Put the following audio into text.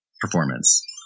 performance